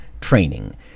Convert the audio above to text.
training